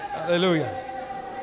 Hallelujah